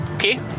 Okay